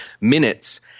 minutes